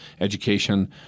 education